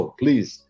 please